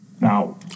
now